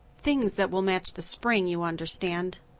things that will match the spring, you understand.